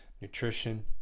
nutrition